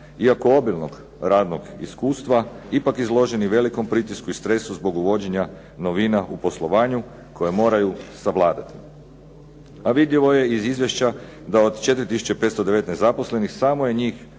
iako obilnog radnog iskustva ipak izloženi velikom pritisku i stresu zbog uvođenja novina u poslovanju koje moraju savladati. A vidljivo je iz izvješća da od 4519 zaposlenih samo je njih